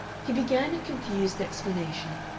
he began a confused explanation,